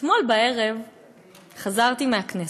אתמול בערב חזרתי מהכנסת,